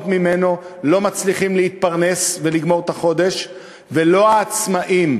ממנו מצליחים להתפרנס ולגמור את החודש ולא העצמאים.